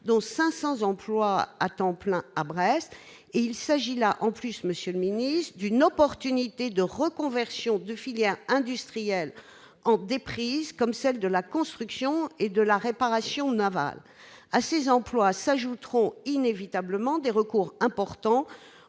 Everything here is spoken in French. dont 500 emplois à temps plein à Brest et il s'agit là, en plus, monsieur le ministre d'une opportunité de reconversion de filières industrielles en des prises comme celle de la construction et de la réparation navale à ses employes s'ajouteront inévitablement des recours important